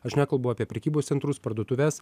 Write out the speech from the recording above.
aš nekalbu apie prekybos centrus parduotuves